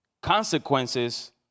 consequences